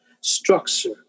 structure